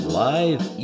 live